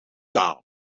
down